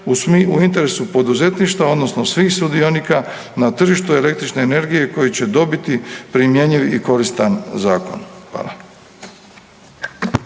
u interesu poduzetništva, odnosno svih sudionika na tržištu električne energije i koji će dobiti primjenjiv i koristan zakon. Hvala.